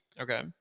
okay